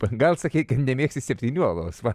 gal sakei kad nemėgsti septynių alaus va